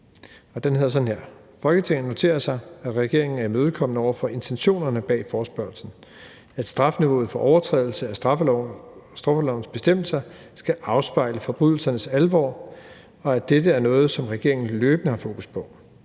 »Folketinget noterer sig, at regeringen er imødekommende over for intentionerne bag forespørgslen – at strafniveauet for overtrædelse af straffelovens bestemmelser skal afspejle forbrydelsernes alvor, og at dette er noget, som regeringen løbende har fokus på.